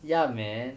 ya man